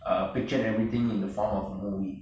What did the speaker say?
uh pictured everything in the form of a movie